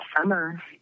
summer